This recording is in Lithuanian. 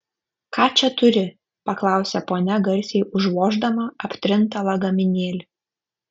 ką čia turi paklausė ponia garsiai užvoždama aptrintą lagaminėlį